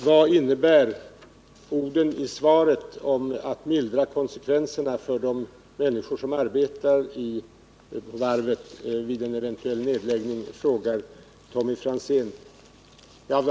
Vad innebär orden i svaret om att mildra konsekvenserna för de människor som arbetar i varvet vid en eventuell nedläggning? frågar Tommy Franzén.